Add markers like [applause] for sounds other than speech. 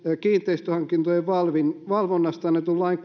kiinteistönhankintojen valvonnasta valvonnasta annetun lain [unintelligible]